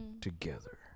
together